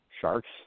sharks